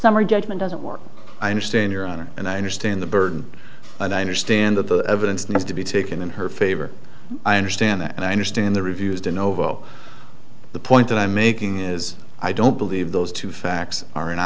judgment doesn't work i understand your honor and i understand the burden and i understand that the evidence needs to be taken in her favor i understand that and i understand the reviews don't know vo the point that i'm making is i don't believe those two facts are